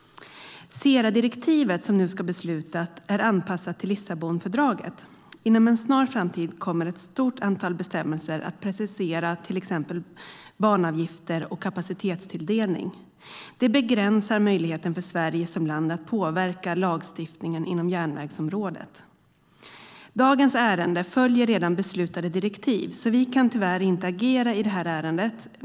SERA-direktivet, som nu ska beslutas, är anpassat till Lissabonfördraget. Inom en snar framtid kommer ett stort antal bestämmelser att preciseras, till exempel banavgifter och kapacitetstilldelning. Det begränsar möjligheten för Sverige som land att påverka lagstiftningen inom järnvägsområdet. Dagens ärende följer redan beslutade direktiv. Därför kan vi tyvärr inte agera i detta ärende.